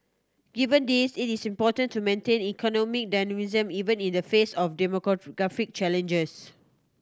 given this it is important to maintain economic dynamism even in the face of demographic challenges